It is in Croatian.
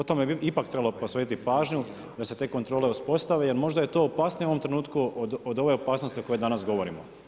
O tome bi ipak trebalo posvetiti pažnju da se te kontrole uspostave jer možda je to opasnije u ovom trenutku od ove opasnosti o kojoj danas govorimo.